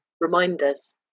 reminders